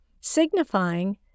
signifying